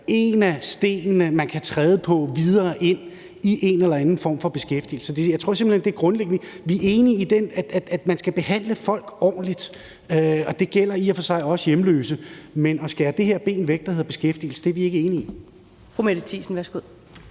en af stenene, man kan træde på videre ind i en eller anden form for beskæftigelse, og jeg tror simpelt hen, det er grundlæggende. Vi er enige i, at man skal behandle folk ordentligt, og det gælder i og for sig også hjemløse, men at skære det her ben, der hedder beskæftigelse, væk, er vi ikke enige i. Kl. 14:16 Første